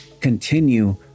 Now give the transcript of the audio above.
continue